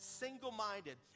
single-minded